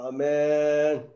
Amen